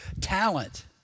talent